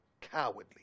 cowardly